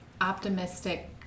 optimistic